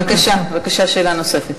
בבקשה, שאלה נוספת.